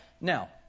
Now